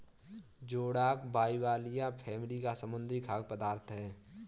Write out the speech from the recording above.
जोडाक बाइबलिया फैमिली का समुद्री खाद्य पदार्थ है